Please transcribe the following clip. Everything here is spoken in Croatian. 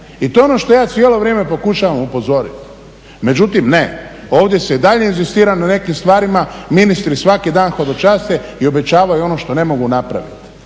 i to je ono što ja cijelo vrijeme pokušavam upozorit. Međutim ne, ovdje se i dalje inzistira na nekim stvarima. Ministri svaki dan hodočaste i obećavaju ono što ne mogu napraviti.